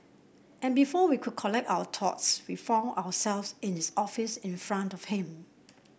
and before we could collect our thoughts we found ourselves in his office in front of him